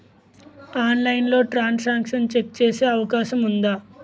ఆన్లైన్లో transaction check చేసే అవకాశం ఉందా?